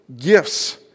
gifts